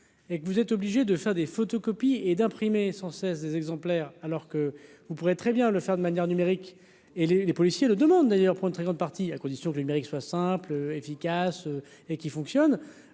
et que vous êtes obligé de faire des photocopies et d'imprimer sans cesse des exemplaires alors que vous pourrez très bien le faire de manière numérique et les les policiers le demande d'ailleurs pour une très grande partie à condition du numérique soit simple, efficace et qui fonctionne